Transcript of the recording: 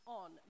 on